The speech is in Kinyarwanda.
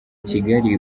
kigali